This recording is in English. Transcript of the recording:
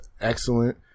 excellent